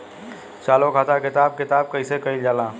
चालू खाता के हिसाब किताब कइसे कइल जाला?